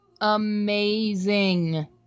amazing